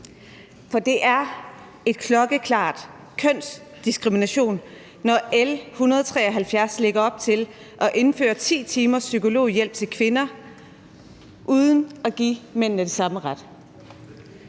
For det er klokkeklar kønsdiskrimination, når L 173 lægger op til at indføre 10 timers psykologhjælp til kvinder uden at give mændene den samme ret.